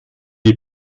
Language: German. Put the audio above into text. die